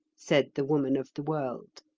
said the woman of the world.